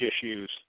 issues